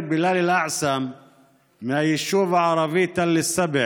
בילאל אלאעסם מהיישוב הערבי תל א-סבע,